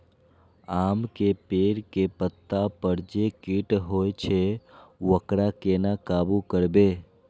आम के पेड़ के पत्ता पर जे कीट होय छे वकरा केना काबू करबे?